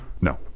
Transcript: No